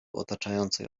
otaczającej